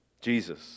Jesus